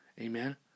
Amen